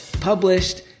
published